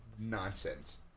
nonsense